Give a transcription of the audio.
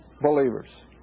believers